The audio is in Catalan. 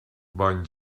bon